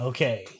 Okay